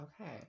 okay